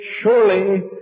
surely